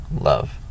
love